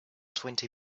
twenty